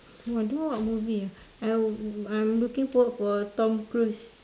ah don't know what movie ah I'm I'm looking forward for Tom-cruise